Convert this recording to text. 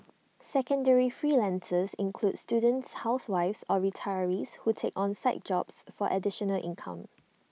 secondary freelancers include students housewives or retirees who take on side jobs for additional income